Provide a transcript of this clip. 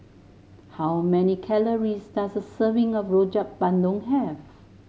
how many calories does a serving of Rojak Bandung have